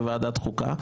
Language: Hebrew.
בוועדת החוקה,